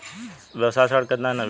व्यवसाय ऋण केतना ले मिली?